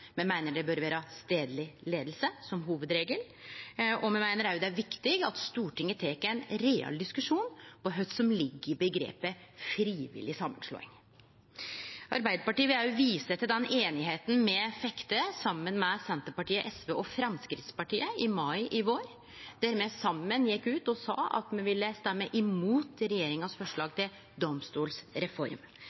me meiner det bør vere stadleg leiing som hovudregel. Me meiner òg det er viktig at Stortinget tek ein real diskusjon om kva som ligg i omgrepet «frivillig samanslåing». Arbeidarpartiet vil vise til den einigheita me fekk til saman med Senterpartiet, SV og Framstegspartiet i mai i vår, der me saman gjekk ut og sa at me ville stemme imot regjeringas forslag til domstolsreform.